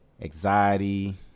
anxiety